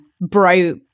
bro